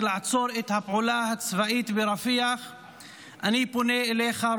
לעצור את הפעולה הצבאית ברפיח אני פונה אליך,